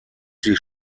sie